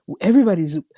everybody's